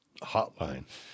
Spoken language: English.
hotline